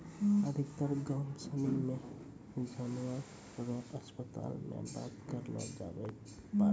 अधिकतर गाम सनी मे जानवर रो अस्पताल मे बात करलो जावै पारै